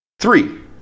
Three